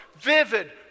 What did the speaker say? vivid